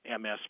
MS